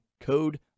code